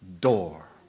door